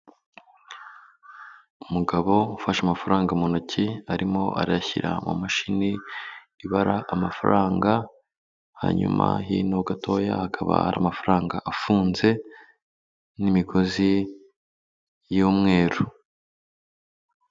Umugabo ufashe amafaranga mu ntoki, arimo ayashyira mu mashini, ibara amafaranga, hanyuma y'ino gatoya hakaba hari amafaranga afunze, n'imigozi y'umweru.